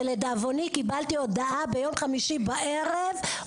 ולדאבוני קיבלתי הודעה ביום חמישי בערב.